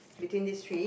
between these three